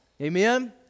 Amen